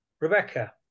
Rebecca